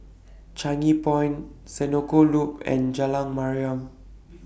Changi City Point Senoko Loop and Jalan Mariam